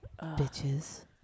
Bitches